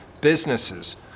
businesses